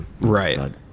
right